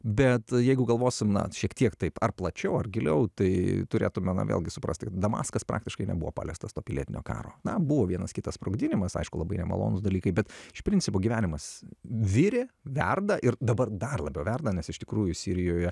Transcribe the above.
bet jeigu galvosim na šiek tiek taip ar plačiau ar giliau tai turėtume na vėlgi suprasti damaskas praktiškai nebuvo paliestas to pilietinio karo na buvo vienas kitas sprogdinimas aišku labai nemalonūs dalykai bet iš principo gyvenimas virė verda ir dabar dar labiau verda nes iš tikrųjų sirijoje